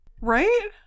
Right